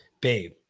Babe